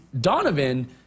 Donovan